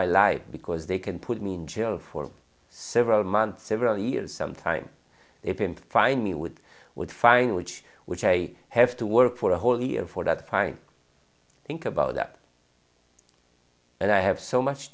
my life because they can put me in jail for several months several years some time if in find me would would find which which i have to work for a whole year for that time think about that and i have so much